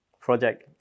project